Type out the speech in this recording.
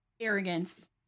arrogance